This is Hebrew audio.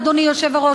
אדוני היושב-ראש,